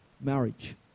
marriage